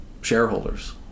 shareholders